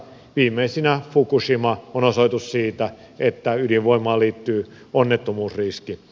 viimeisenä fukushima on osoitus siitä että ydinvoimaan liittyy onnettomuusriski